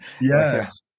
Yes